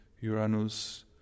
Uranus